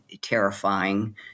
terrifying